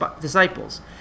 disciples